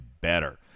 better